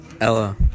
Ella